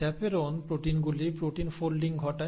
chaperone প্রোটিনগুলি protein folding ঘটায়